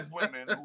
women